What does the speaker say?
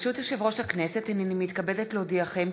הנני מתכבדת להודיעכם,